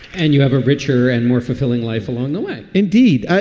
and you have a richer and more fulfilling life along the way. indeed,